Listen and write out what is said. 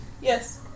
Yes